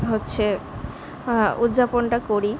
হচ্ছে উদ্যাপনটা করি